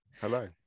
Hello